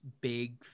big